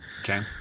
Okay